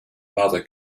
mother